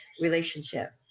relationship